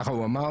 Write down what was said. ככה הוא אמר?